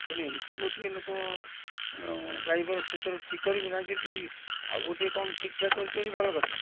ତେଣୁ ଏମିତି ଗୋଟିଏ ଲୋକ ଡ୍ରାଇଭର୍ ସେଥିରୁ ଠିକ୍ କରିବୁ ନା ଯଦି ଆଉ ଗୋଟିଏ କ'ଣ ଠିକ୍ ଠାକ୍ କରିପାରିବୁ ଭଲ କଥା